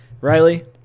Riley